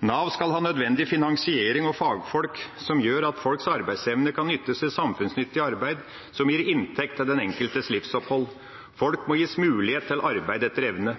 Nav skal ha nødvendig finansiering og fagfolk som gjør at folks arbeidsevne kan nyttes til samfunnsnyttig arbeid som gir inntekt til den enkeltes livsopphold. Folk må gis mulighet til arbeid etter evne.